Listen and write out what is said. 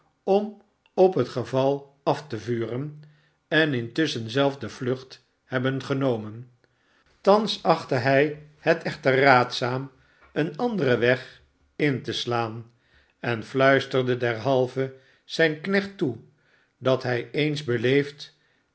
om op het geval af te vuren en intusschen zelf de vlucht hebben genomen thans achtte hij het echter raadzaam een anderen weg in te slaan en fluisterde derhalve zijn knecht toe dat hij eens beleefd